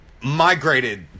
migrated